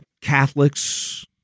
Catholics